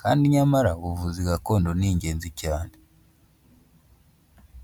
Kandi nyamara ubuvuzi gakondo ni ingenzi cyane.